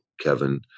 Kevin